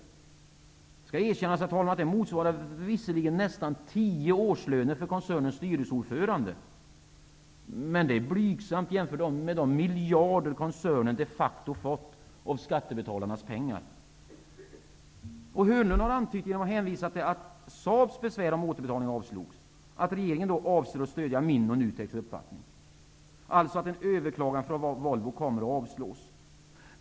Det skall erkännas att det visserligen motsvarar nästan 10 årslöner för koncernens styrelseordförande, men det är blygsamt jämfört med de miljarder koncernen de facto fått av skattebetalarnas pengar. Arbetsmarknadsminister Hörnlund har antytt, genom att hänvisa till att Saab:s besvär om återbetalning avslogs, att regeringen avser att stödja min och NUTEK:s uppfattning, dvs. att en överklagan från Volvo kommer att avslås.